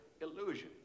illusion